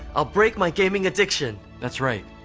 i'll break my gaming addiction. that's right!